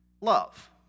love